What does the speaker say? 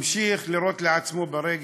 ממשיך לירות לעצמו ברגל,